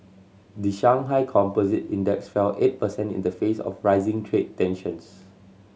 the Shanghai Composite Index fell eight percent in the face of rising trade tensions